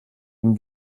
ihm